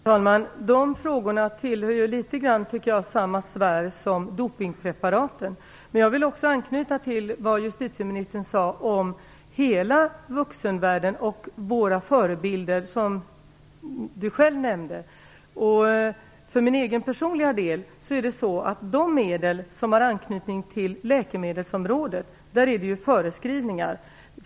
Herr talman! De frågorna tillhör litet grand samma sfär som frågan om dopingspreparaten. Jag vill också anknyta till vad justitieministern sade om hela vuxenvärlden och våra förebilder, som Elisa Abascal Reyes själv nämnde. För min egen personliga del kan jag säga att för de medel som har anknytning till läkemedelsområdet finns det föreskrifter.